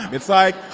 it's like,